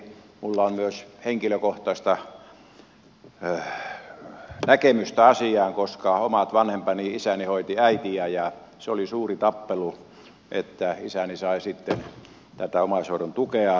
minulla on myös henkilökohtaista näkemystä asiaan koska omista vanhemmistani isäni hoiti äitiä ja se oli suuri tappelu että isäni sai sitten tätä omaishoidon tukea